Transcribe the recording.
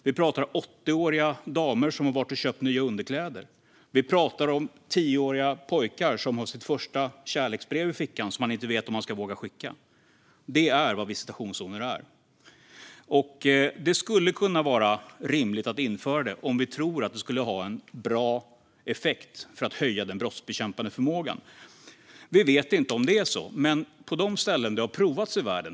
Vi talar om åttioåriga damer som har varit och köpt nya underkläder. Vi talar om tioåriga pojkar som har sitt första kärleksbrev i fickan och inte vet om de ska våga skicka det. Detta är vad visitationszoner är. Det skulle kunna vara rimligt att införa det om vi tror att det skulle ha en bra effekt när det gäller att höja den brottsbekämpande förmågan. Vi vet inte om det är så, men det har provats på en del ställen i världen.